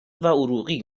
عروقی